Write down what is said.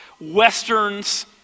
westerns